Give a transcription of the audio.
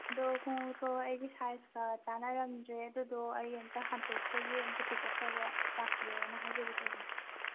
ꯑꯗꯣ ꯈꯣꯡꯎꯞꯇꯣ ꯑꯩꯒꯤ ꯁꯥꯏꯖꯀ ꯆꯥꯅꯔꯝꯗ꯭ꯔꯦ ꯑꯗꯨꯗꯣ ꯑꯩ ꯑꯃꯨꯛꯇ ꯍꯟꯗꯣꯛꯆꯒꯦ ꯑꯃꯨꯛꯇ ꯄꯤꯛ ꯑꯞ ꯇꯧꯕ ꯂꯥꯛꯄꯤꯌꯣꯅ ꯍꯥꯏꯖꯒꯦ ꯇꯧꯕꯅꯤ